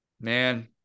man